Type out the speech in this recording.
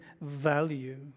value